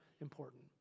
important